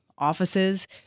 Offices